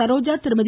Saroja Thirumathi